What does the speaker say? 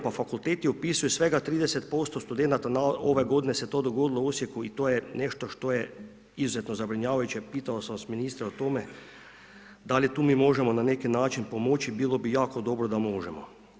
Pa fakulteti upisuju svega 30% studenata ove g. se to dogodilo u Osijeku i to je nešto što je izuzetno zabrinjavajuće, pitam vas ministre o tome, da li tu mi možemo na neki način pomoći, bilo bi jako dobro da možemo.